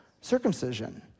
Circumcision